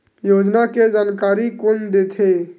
योजना के जानकारी कोन दे थे?